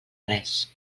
res